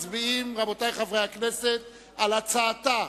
רבותי חברי הכנסת, אנחנו מצביעים על הצעתה